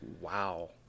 Wow